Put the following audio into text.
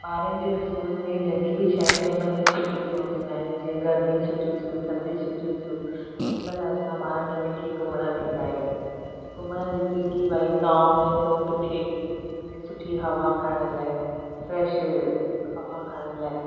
ॿारनि जे स्कूल में जॾहिं बि छहि छहि महीने छुटियूं पवन्दियूं आहिनि जींअ गरमीअ जूं छुटियूं थियूं थधि जूं छुटियूं थियूं ओॾी महिल असां ॿारनि खें वठी घुमण वेन्दा आहियूं घुमण जिते की बई गाँव में थियो किथे थधी सुठी हवा खाइण लाइ फ्रेश हवा खाइण लाइ